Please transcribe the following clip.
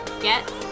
get